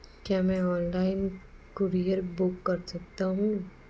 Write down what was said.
क्या मैं online courier book कर सकता हूँ?